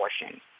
abortion